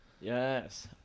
Yes